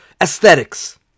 aesthetics